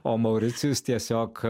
o mauricijus tiesiog